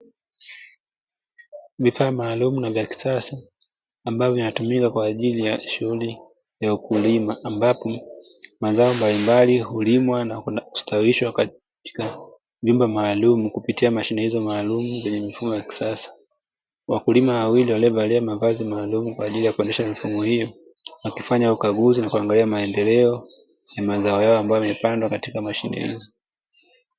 Vifa maalumu na vya kisasa ambavyo vinatumika kwa ajili ya shughuli ya wakulima. Ambapo mazao mbalimbali hulimwa na kwenda kustawishwa katika vyumba maalumu, kupitia mashine hizo maalumu zenye mfumo wa kisasa. Wakulima wawili waliovalia mavazi maalumu kwa ajili ya kuendesha mifumo hiyo, wakifanya ukaguzi na kuangalia maendeleo ya mazao yao, ambayo yamepandwa katika mashine hizo.